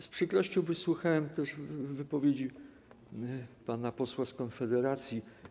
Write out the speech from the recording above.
Z przykrością wysłuchałem też wypowiedzi pana posła z Konfederacji.